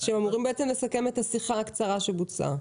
שאמורים לסכם את השיחה הקצרה שבוצעה.